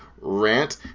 rant